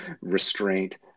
restraint